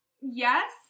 yes